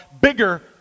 bigger